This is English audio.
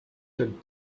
that